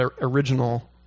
original